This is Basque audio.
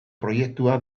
proiektua